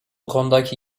konudaki